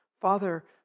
Father